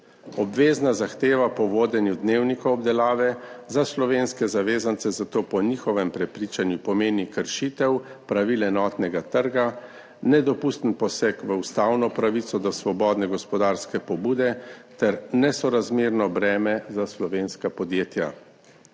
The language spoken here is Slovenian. Obvezna zahteva po vodenju dnevnika obdelave za slovenske zavezance zato po njihovem prepričanju pomeni kršitev pravil enotnega trga, nedopusten poseg v ustavno pravico do svobodne gospodarske pobude ter nesorazmerno breme za slovenska podjetja.